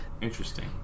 Interesting